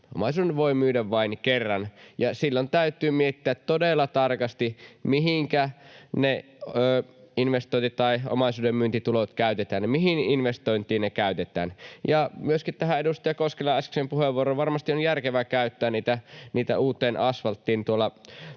omaisuuden voi myydä vain kerran — ja silloin täytyy miettiä todella tarkasti, mihinkä ne omaisuudenmyyntitulot käytetään, mihin investointiin ne käytetään. Ja — myöskin tähän edustaja Koskelan äskeiseen puheenvuoroon liittyen — varmasti on järkevää käyttää niitä uuteen asfalttiin